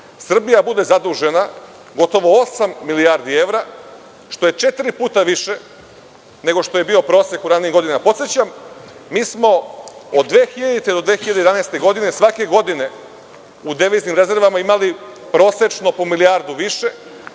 Srbija bude zadužena gotovo osam milijardi evra, što je četiri puta više nego što je bio prosek u ranijim godinama. Podsećam, mi smo od 2000. do 2011. godine svake godine u deviznim rezervama imali prosečno po milijardu više,